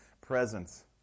presence